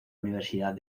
universidad